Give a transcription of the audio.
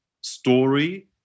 story